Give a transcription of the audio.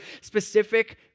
specific